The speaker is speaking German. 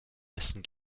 essen